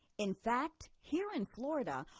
in fact, here in florida,